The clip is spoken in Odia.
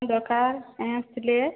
କଣ ଦରକାର କାହିଁ ଆସିଥିଲେ